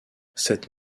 cette